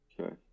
okay